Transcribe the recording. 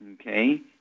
Okay